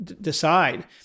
decide